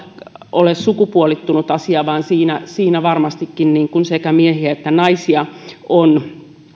ole sukupuolittunut asia vaan siinä siinä varmastikin sekä miehiä että naisia on